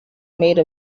made